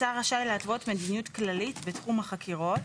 השר רשאי להתוות מדיניות כללית בתחום החקירות,